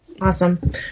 awesome